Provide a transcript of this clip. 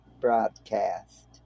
broadcast